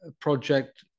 project